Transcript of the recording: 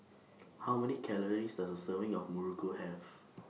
How Many Calories Does A Serving of Muruku Have